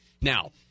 Now –